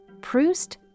Proust